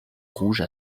rouge